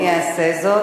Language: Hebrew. אני אעשה זאת.